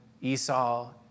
Esau